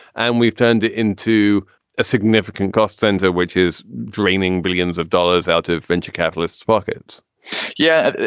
and we've turned it into a significant cost center, which is draining billions of dollars out of venture capitalists pockets yeah,